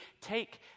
take